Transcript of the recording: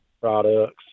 products